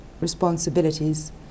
responsibilities